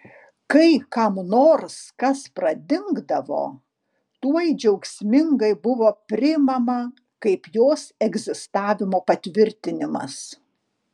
kai kam nors kas pradingdavo tuoj džiaugsmingai buvo priimama kaip jos egzistavimo patvirtinimas